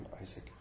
Isaac